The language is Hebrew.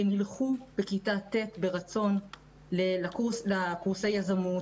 הן ילכו בכיתה ט' ברצון לקורסי יזמות